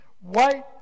white